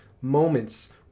moments